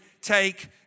take